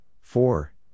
four